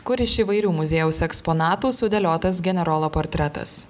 kur iš įvairių muziejaus eksponatų sudėliotas generolo portretas